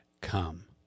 come